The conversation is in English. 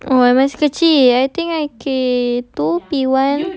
oh I masih kecil ya I think I three two P one